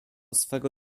swego